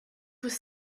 was